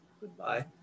Goodbye